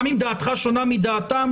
גם אם דעתך שונה מדעתם